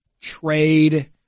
trade –